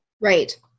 Right